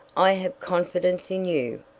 i have confidence in you,